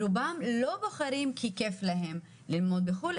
רובם לא בוחרים כי כיף להם ללמוד בחו"ל,